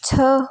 छः